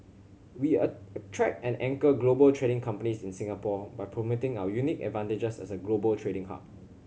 we attract and anchor global trading companies in Singapore by promoting our unique advantages as a global trading hub